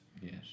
Yes